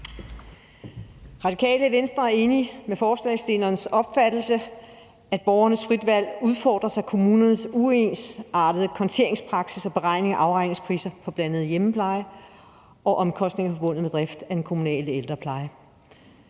Radikale Venstre er enig med forslagsstillerne i opfattelsen af, at borgernes frie valg udfordres af kommunernes uensartede konteringspraksis og beregning af afregningspriser for bl.a. hjemmepleje og omkostningerne forbundet med driften af den kommunale ældrepleje.